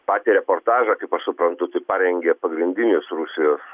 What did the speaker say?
patį reportažą kaip aš suprantu tai parengė pagrindinis rusijos